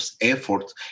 efforts